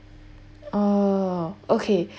oh okay